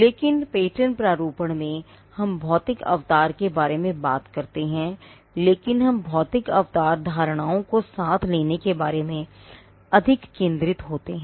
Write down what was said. लेकिन पेटेंट प्रारूपण में हम भौतिक अवतार के बारे में बात करते हैं लेकिन हम भौतिक अवतार धारणाओं को साथ लेने के बारे में अधिक केंद्रित होते हैं